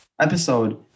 episode